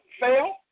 Fail